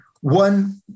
one